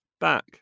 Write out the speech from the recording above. back